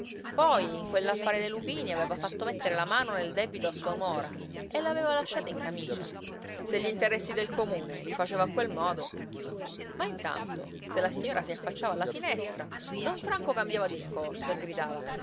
poi in quell'affare dei lupini aveva fatto mettere la mano nel debito a sua nuora e l'aveva lasciata in camicia se gli interessi del comune li faceva a quel modo ma intanto se la signora si affacciava alla finestra don franco cambiava discorso e gridava